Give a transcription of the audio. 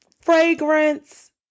fragrance